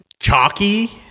Chalky